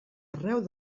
arreu